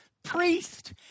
Priest